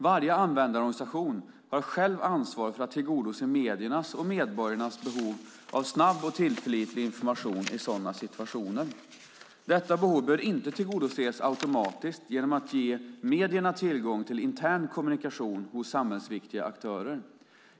Varje användarorganisation har själv ansvar för att tillgodose mediernas och medborgarnas behov av snabb och tillförlitlig information i sådana situationer. Detta behov bör inte tillgodoses automatiskt genom att man ger medierna tillgång till intern kommunikation hos samhällsviktiga aktörer.